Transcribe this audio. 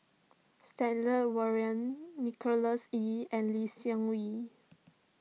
Stanley Warren Nicholas Ee and Lee Seng Wee